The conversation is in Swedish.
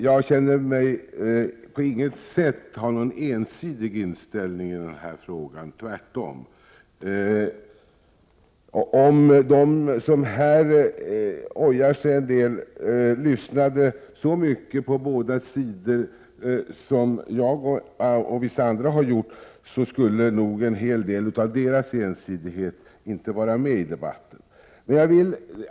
Jag känner mig på inget sätt ha någon ensidig inställning i den här frågan, tvärtom. Om de som här ojar sig en del lyssnade så mycket på båda sidor som jag och vissa andra har gjort, skulle nog en hel del av deras ensidighet inte vara med i debatten.